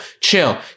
chill